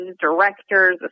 directors